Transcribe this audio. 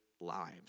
lives